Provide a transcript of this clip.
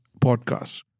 podcast